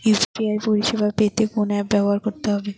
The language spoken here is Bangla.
ইউ.পি.আই পরিসেবা পেতে কোন অ্যাপ ব্যবহার করতে হবে?